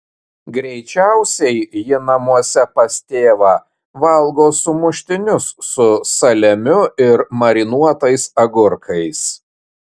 greičiausiai ji namuose pas tėvą valgo sumuštinius su saliamiu ir marinuotais agurkais